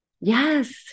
yes